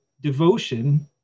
devotion